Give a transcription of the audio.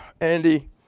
Andy